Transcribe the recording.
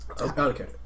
Okay